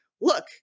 look